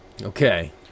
Okay